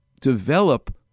Develop